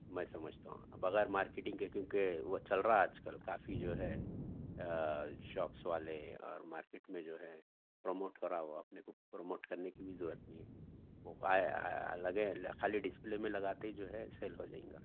میں سمجھتا ہوں بغیر مارکیٹنگ کے کیونکہ وہ چل رہا ہے آج کل کافی جو ہے شاپس والے اور مارکیٹ میں جو ہیں پروموٹ ہو رہا وہ اپنے کو پروموٹ کرنے کی بھی ضرورت نہیں ہے وہ لگے خالی ڈسپلے میں لگاتے ہی جو ہے سیل ہوجائے گا